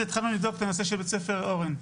התחלנו לבדוק את הנושא של בית הספר "אורן".